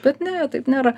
bet ne taip nėra